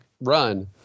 run